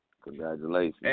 Congratulations